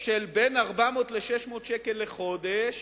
של בין 400 ל-600 שקלים לחודש,